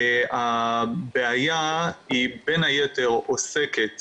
הבעיה היא בין היתר עוסקת